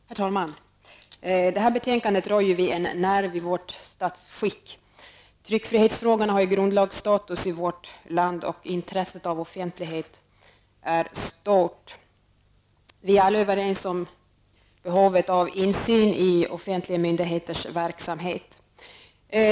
Herr talman! Det här betänkandet rör vid en nerv i vårt statsskick. Tryckfrihetsfrågorna har ju grundlagsstatus i vårt land, och intresset av offentlighet är stort. Vi är alla överens om behovet av insyn i offentliga myndigheters verksamhet.